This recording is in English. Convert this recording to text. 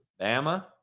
Bama